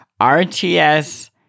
RTS